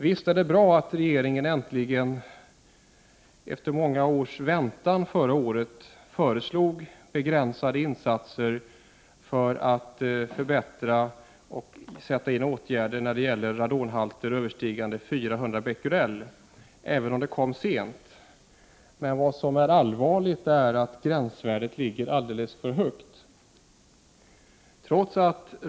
Visst är det bra att regeringen förra året äntligen, efter många års väntan, föreslog begränsade insatser när det gäller radonhalter överstigande 400 Bq, även om det kom sent. Men vad som är allvarligt är att gränsvärdet ligger alldeles för högt.